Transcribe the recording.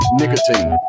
nicotine